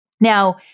Now